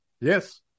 Yes